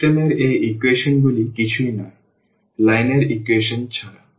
system এর এই ইকুয়েশনগুলি কিছুই নয় লাইনের ইকুয়েশন ছাড়া